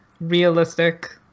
realistic